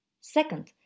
Second